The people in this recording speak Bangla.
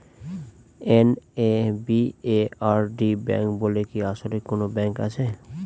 এন.এ.বি.এ.আর.ডি ব্যাংক বলে কি আসলেই কোনো ব্যাংক আছে?